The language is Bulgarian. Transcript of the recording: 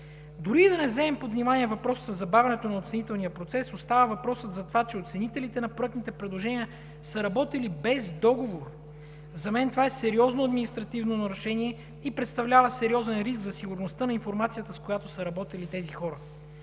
Дори и да не вземем под внимание въпроса със забавянето на оценителния процес, остава въпросът за това, че оценителите на проектните предложения са работили без договор. За мен това е сериозно административно нарушение и представлява сериозен риск за сигурността на информацията, с която са работили тези хора.